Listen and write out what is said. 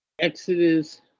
Exodus